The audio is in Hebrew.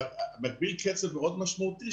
מגביל קצב מאוד משמעותי,